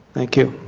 thank you.